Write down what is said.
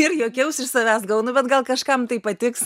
ir juokiausi iš savęs galvo nu bet gal kažkam tai patiks